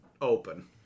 open